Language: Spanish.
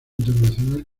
internacional